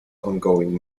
ongoing